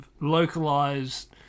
localized